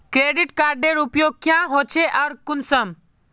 Credit कार्डेर उपयोग क्याँ होचे आर कुंसम?